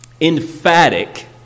emphatic